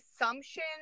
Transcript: assumption